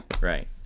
Right